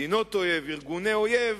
מדינות אויב, ארגוני אויב,